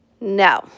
No